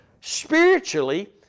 spiritually